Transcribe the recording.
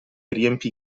riempì